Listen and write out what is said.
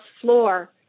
floor